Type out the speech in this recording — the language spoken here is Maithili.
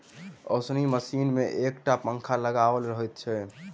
ओसौनी मशीन मे एक टा पंखा लगाओल रहैत छै